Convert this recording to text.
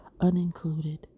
unincluded